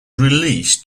released